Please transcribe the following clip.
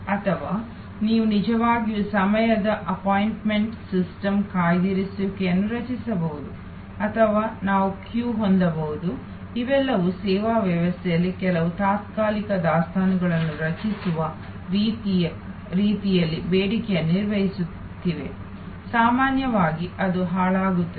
ಅಥವಾ ನಾವು ನಿಜವಾಗಿಯೂ ಸಮಯದ ಅಪಾಯಿಂಟ್ಮೆಂಟ್ ಸಿಸ್ಟಮ್ ಕಾಯ್ದಿರಿಸುವಿಕೆಯನ್ನು ರಚಿಸಬಹುದು ಅಥವಾ ನಾವು ಕ್ಯೂ ಹೊಂದಬಹುದು ಇವೆಲ್ಲವೂ ಸೇವಾ ವ್ಯವಸ್ಥೆಯಲ್ಲಿ ಕೆಲವು ತಾತ್ಕಾಲಿಕ ದಾಸ್ತಾನುಗಳನ್ನು ರಚಿಸುವ ರೀತಿಯಲ್ಲಿ ಬೇಡಿಕೆಯನ್ನು ನಿರ್ವಹಿಸುತ್ತಿವೆ ಸಾಮಾನ್ಯವಾಗಿ ಅದು ಹಾಳಾಗುತ್ತದೆ